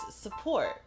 support